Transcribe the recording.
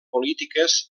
polítiques